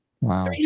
Wow